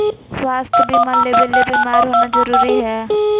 स्वास्थ्य बीमा लेबे ले बीमार होना जरूरी हय?